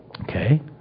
Okay